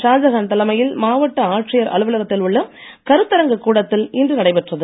ஷாஜஹான் தலைமையில் மாவட்ட ஆட்சியர் அலுவலகத்தில் உள்ள கருத்தரங்குக் கூடத்தில் இன்று நடைபெற்றது